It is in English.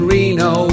Reno